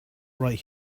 right